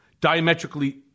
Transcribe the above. diametrically